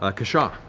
ah kashaw.